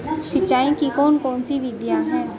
सिंचाई की कौन कौन सी विधियां हैं?